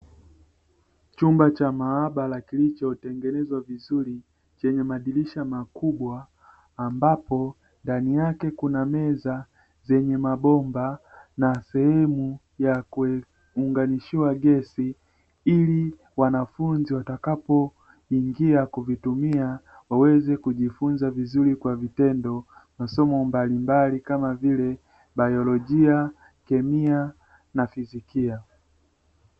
Chumba cha maabara kilichotengenezwa vizuri chenye madirisha makubwa ambapo ndani yake kuna meza zenye mabomba na sehemu ya kuunganishiwa gesi, ili wanafunzi watakapoingia kuvitumia waweze kujifunza vizuri kwa vitendo masomo mbalimbali kama vile: biolojia, kemia na fizikia.